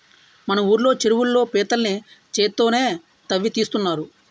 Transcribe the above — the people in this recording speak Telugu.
మన ఊళ్ళో చెరువుల్లో పీతల్ని చేత్తోనే తవ్వి తీస్తున్నారు